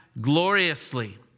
gloriously